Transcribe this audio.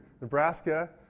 Nebraska